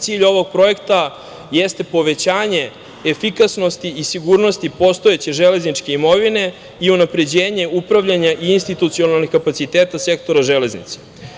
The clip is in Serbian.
Cilj ovog projekta jeste povećanje efikasnosti i sigurnosti postojeće železničke imovine i unapređenje upravljanja i institucionalnih kapaciteta sektora železnice.